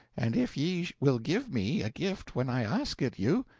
and if ye will give me a gift when i ask it you,